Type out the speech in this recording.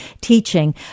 teaching